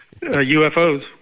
UFOs